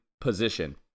position